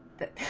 that